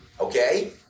okay